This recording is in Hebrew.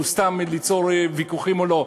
סתם ליצור ויכוחים או לא.